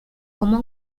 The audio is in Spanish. como